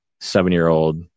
seven-year-old